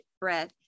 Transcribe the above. Breath